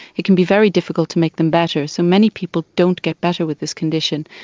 it can be very difficult to make them better. so many people don't get better with this condition.